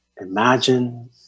Imagine